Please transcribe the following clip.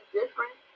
different